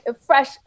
fresh